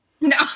No